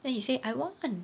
then he say I want